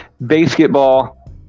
basketball